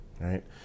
right